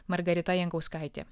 margarita jankauskaitė